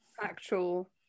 actual